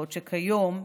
ואילו כיום,